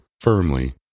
firmly